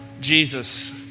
Jesus